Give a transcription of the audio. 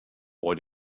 why